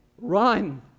Run